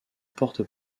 porte